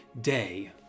day